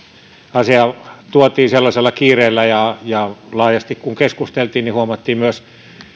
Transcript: asia tuotiin sellaisella kiireellä ja ja laajasti kun keskusteltiin niin huomattiin myös